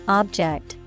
object